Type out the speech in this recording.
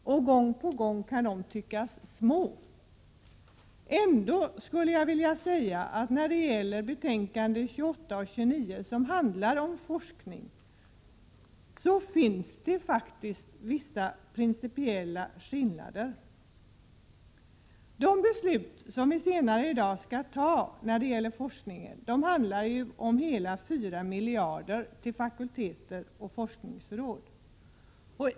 Ofta kan skiljelinjerna tyckas vara små. Ändå skulle jag vilja säga att det när det gäller betänkandena 28 och 29, som handlar om forskning, faktiskt finns vissa principiella skillnader. De beslut som vi senare i dag skall fatta beträffande forskning gäller ju hela 4 miljarder kronor till fakulteter och forskningsråd.